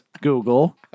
Google